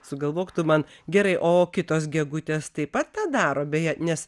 sugalvok tu man gerai o kitos gegutės taip pat tą daro beje nes